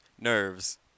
nerves